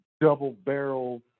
double-barrel